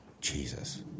Jesus